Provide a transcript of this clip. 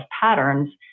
patterns